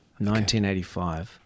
1985